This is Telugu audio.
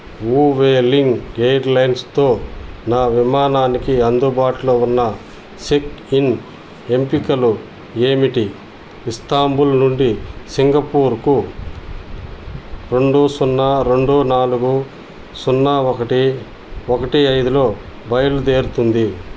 వ్యూలింగ్ ఎయిర్లైన్స్తో నా విమానానికి అందుబాటులో ఉన్న చెక్ ఇన్ ఎంపికలు ఏమిటి ఇస్తాంబుల్ నుండి సింగపూర్కు రెండు సున్నా రెండు నాలుగు సున్నా ఒకటి ఒకటి ఐదులో బయలుదేరుతుంది